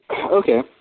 okay